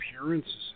appearances